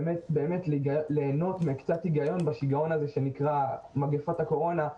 ובאמת ליהנות מקצת היגיון בשיגעון הזה שנקרא מגפת הקורונה.